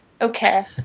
Okay